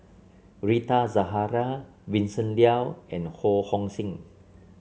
Rita Zahara Vincent Leow and Ho Hong Sing